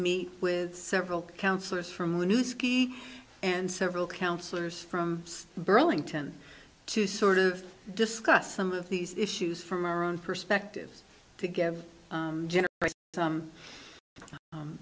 meet with several councillors from new ski and several councillors from burlington to sort of discuss some of these issues from our own perspective to g